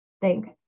thanks